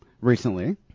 recently